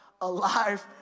alive